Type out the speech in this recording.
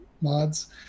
mods